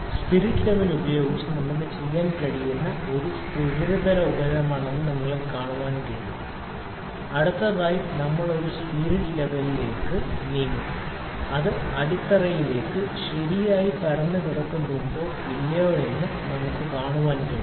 spirit level ഉപയോഗിച്ച് നമുക്ക് ചെയ്യാൻ കഴിയുന്ന ഒരു സുഗമമായ ഉപരിതലമാണെന്ന് നിങ്ങൾക്ക് കാണാൻ കഴിയും അടുത്തതായി നമ്മൾ ഒരു സ്പിരിറ്റ് ലെവലിലേക്ക് നീങ്ങും അത് അടിത്തറയിലേക്ക് ശരിയായി പരന്നുകിടക്കുന്നുണ്ടോ ഇല്ലയോ എന്ന് നമുക്ക് കാണാൻ കഴിയും